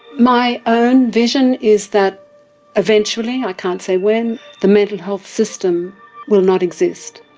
my own vision is that eventually, i can't say when, the mental health system will not exist.